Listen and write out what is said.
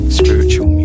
spiritual